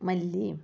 മല്ലിയും